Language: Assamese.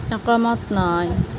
একমত নহয়